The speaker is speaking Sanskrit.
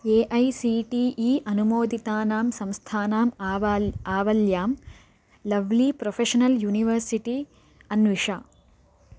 A I C T E अनुमोदितानां संस्थानाम् आवाल् आवल्यां लव्ली प्रोफ़ेशनल् यूनिवर्सिटी अन्विष